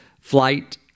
flight